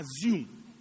assume